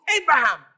Abraham